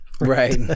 Right